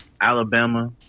Alabama